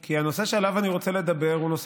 כי הנושא שעליו אני רוצה לדבר הוא,